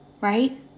Right